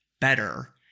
better